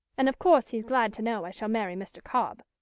and of course he's glad to know i shall marry mr. cobb.